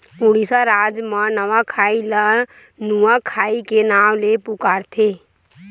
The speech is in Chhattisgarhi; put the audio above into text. उड़ीसा राज म नवाखाई ल नुआखाई के नाव ले पुकारथे